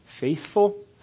faithful